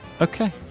Okay